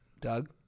Doug